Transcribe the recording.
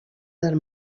del